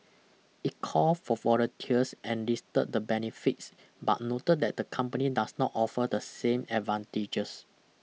it called for volunteers and listed the benefits but noted that the company does not offer the same advantages